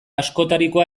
askotarikoa